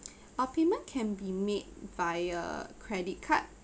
our payment can be made via credit card